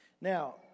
Now